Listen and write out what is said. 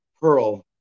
pearl